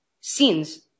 scenes